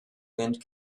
wind